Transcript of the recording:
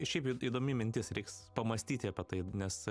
šiaip įdomi mintis reiks pamąstyti apie tai nes